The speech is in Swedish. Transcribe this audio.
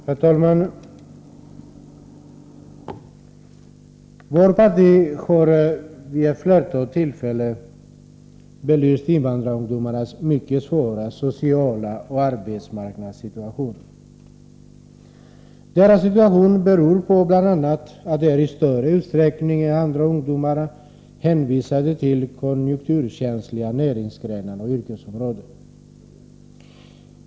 Herr talman! Vårt parti har vid ett flertal tillfällen belyst invandrarungdomarnas mycket svåra sociala situation och arbetsmarknadssituation. Deras situation beror bl.a. på att de i större utsträckning än andra ungdomar är hänvisade till konjunkturkänsliga näringsgrenar och yrkesområden.